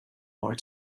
more